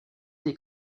des